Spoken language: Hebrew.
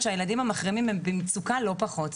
שהילדים המחרימים נמצאים במצוקה לא פחות,